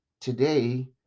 Today